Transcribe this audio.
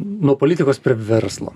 nuo politikos verslo